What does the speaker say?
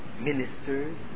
ministers